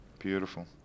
Beautiful